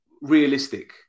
realistic